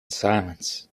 silence